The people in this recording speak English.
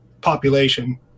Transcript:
population